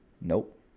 Nope